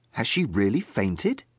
has she really fainted?